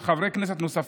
תודה רבה, חבר הכנסת ליצמן,